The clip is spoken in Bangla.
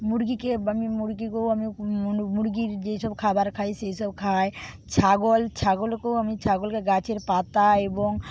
মুরগিকে আমি মুরগিকেও আমি মুরগির যেসব খাবার খায় সেই সব খাওয়াই ছাগল ছাগলকেও আমি ছাগলকে গাছের পাতা